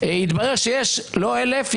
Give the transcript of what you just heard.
התברר שיש לא 1,000,